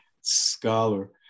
scholar